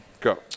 Go